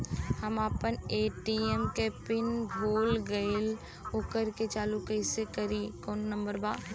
हम अपना ए.टी.एम के पिन भूला गईली ओकरा के चालू कइसे करी कौनो नंबर बा?